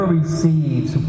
receives